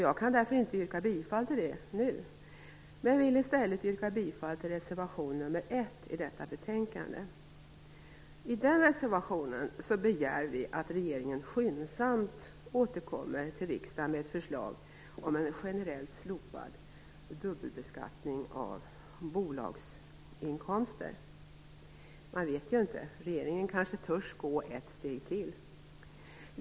Jag kan därför inte yrka bifall till det yrkandet nu, men yrkar i stället bifall till reservation nr 1 till betänkandet. I den reservationen begärs att regeringen skyndsamt återkommer till riksdagen med ett förslag om en generellt slopad dubbelbeskattning av bolagsinkomster. Man vet ju inte - regeringen kanske törs gå ett steg till.